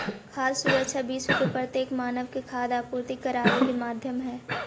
खाद्य सुरक्षा विश्व के प्रत्येक मानव के खाद्य आपूर्ति कराबे के माध्यम हई